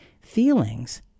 feelings